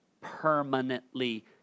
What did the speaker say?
permanently